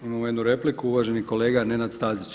Imamo jednu repliku, uvaženi kolega Nenad Stazić.